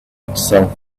itself